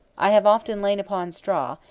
i have often lain upon straw,